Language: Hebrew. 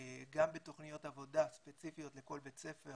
גם בתוכניות עבודה ספציפיות לכל בית ספר